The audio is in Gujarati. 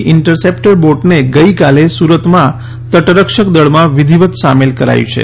ઇન્ટરસેપ્ટર બોટને ગઈકાલે સુરતમાં તટરક્ષક દળમાં વિધિવત સામેલ કરાઈ છે